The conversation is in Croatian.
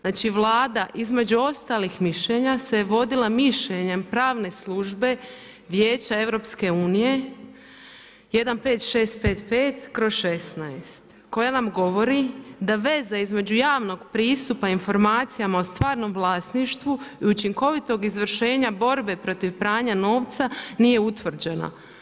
Znači Vlada, između ostalih mišljenja se vodila mišljenjem pravne službe, Vijeća EU 15655/16 koja nam govori da veza između javnog pristupa informacijama o stvarnom vlasništvu i učinkovitog izvršenja borbe protiv pranja novca nije utvrđena.